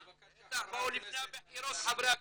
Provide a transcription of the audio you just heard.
בטח, באו לפני הבחירות, חברי הכנסת.